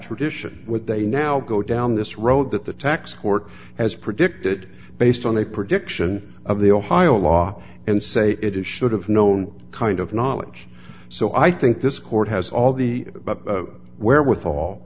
tradition with they now go down this road that the tax court has predicted based on a prediction of the ohio law and say it should have known kind of knowledge so i think this court has all the wherewithal